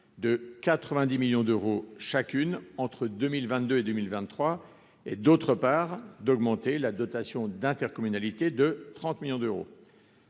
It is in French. de 90 millions d'euros chacune entre 2000 22 et 2023 et d'autre part d'augmenter la dotation d'intercommunalité de 30 millions d'euros,